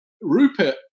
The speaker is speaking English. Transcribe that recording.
Rupert